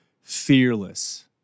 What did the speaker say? fearless